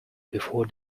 before